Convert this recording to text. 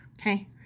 Okay